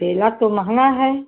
बेला तो महंगा है